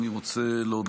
אני רוצה להודות,